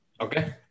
okay